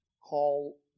call